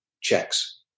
checks